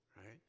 right